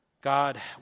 God